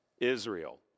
Israel